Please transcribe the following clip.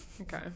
Okay